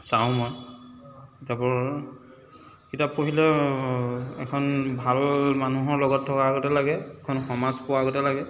চাওঁ মই কিতাপৰ কিতাপ পঢ়িলে এখন ভাল মানুহৰ লগত থকা গতে লাগে এখন সমাজ পোৱা গতে লাগে